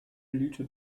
blüte